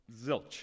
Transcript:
zilch